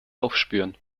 aufspüren